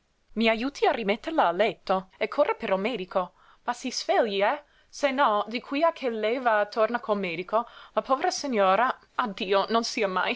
spazientita m'ajuti a rimetterla a letto e corra per il medico ma si svegli eh se no di qui a che lei va e torna col medico la povera signora ah dio non sia mai